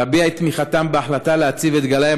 ולהביע את תמיכתם בהחלטה להציב את גלאי